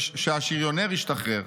שהשריונר ישתחרר.